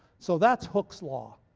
so that's hooke's law,